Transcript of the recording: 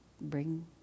bring